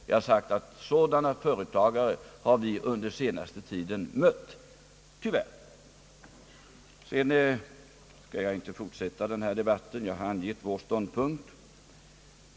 Jag har sagt att vi under den senaste tiden tyvärr har mött sådana företagare. Jag skall inte fortsätta denna debatt. Jag har angivit vår ståndpunkt.